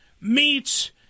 meets